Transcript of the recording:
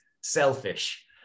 selfish